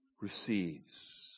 receives